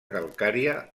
calcària